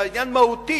אלא לעניין מהותי.